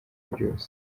byose